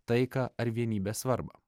taiką ar vienybės svarbą